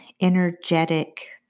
energetic